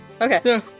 Okay